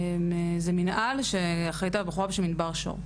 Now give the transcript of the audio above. זה מנהל שאחראית עליו בחורה בשם ענבל שור.